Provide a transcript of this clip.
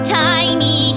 tiny